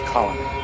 Colony